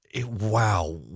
wow